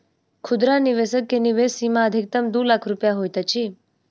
खुदरा निवेशक के निवेश सीमा अधिकतम दू लाख रुपया होइत अछि